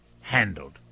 handled